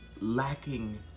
lacking